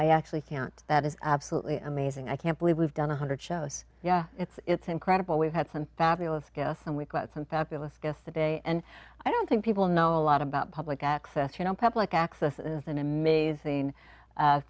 i actually can't that is absolutely amazing i can't believe we've done a one hundred shows yeah it's incredible we've had some fabulous guests and we've got some fabulous guests today and i don't think people know a lot about public access you know public access is an amazing